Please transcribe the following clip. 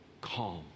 calm